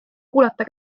kuulata